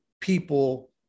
people